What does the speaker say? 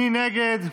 מי נגד?